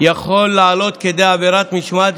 יכול לעלות כדי עבירת משמעת,